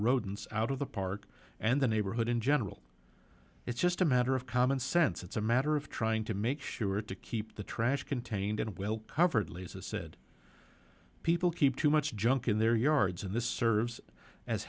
rodents out of the park and the neighborhood in general it's just a matter of common sense it's a matter of trying to make sure to keep the trash contained in a well covered lisa said people keep too much junk in their yards in this serves as